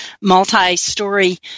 multi-story